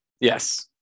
Yes